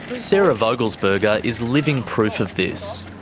sara vogelsberger is living proof of this.